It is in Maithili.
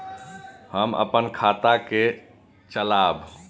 हम अपन खाता के चलाब?